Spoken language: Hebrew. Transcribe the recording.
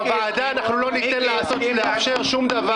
בוועדה לא ניתן לאשר שום דבר.